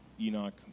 Enoch